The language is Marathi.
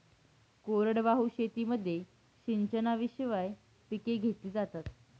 कोरडवाहू शेतीमध्ये सिंचनाशिवाय पिके घेतली जातात